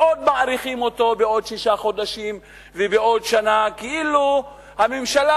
ועוד מאריכים אותו בעוד שישה חודשים ובעוד שנה כאילו הממשלה,